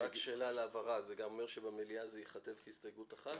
רק שאלה להבהרה: זה אומר גם שבמליאה זה ייכתב כהסתייגות אחת?